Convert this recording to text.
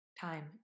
time